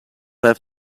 have